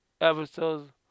episodes